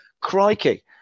crikey